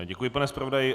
Děkuji, pane zpravodaji.